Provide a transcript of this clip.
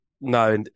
No